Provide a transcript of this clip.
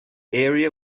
area